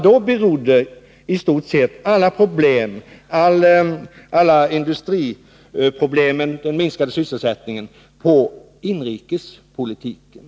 Då berodde i stort sett alla problem, bl.a. problemen med minskad sysselsättning inom industrin, på inrikespolitiken.